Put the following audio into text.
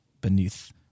beneath